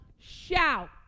shout